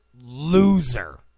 loser